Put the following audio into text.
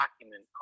document